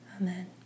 Amen